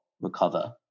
recover